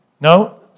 No